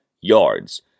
yards